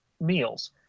meals